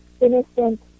innocent